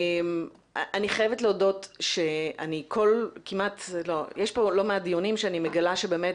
יש כאן לא מעט דיונים שאני מגלה שבאמת